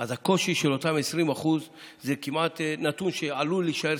אז הקושי של אותם 20% זה כמעט נתון שעלול להישאר